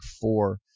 four